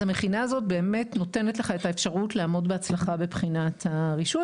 אז המכינה הזאת באמת נותנת לך את האפשרות לעמוד בהצלחה בבחינת הרישוי,